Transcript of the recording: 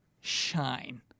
shine